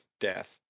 death